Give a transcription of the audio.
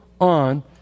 on